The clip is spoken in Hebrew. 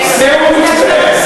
זהו המתווה.